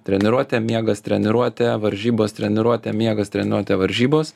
treniruotė miegas treniruotė varžybos treniruotė miegas treniruotė varžybos